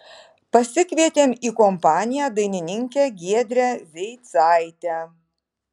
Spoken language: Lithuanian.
pasikvietėm į kompaniją dainininkę giedrę zeicaitę